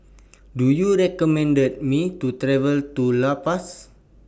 Do YOU recommend Me to travel to La Paz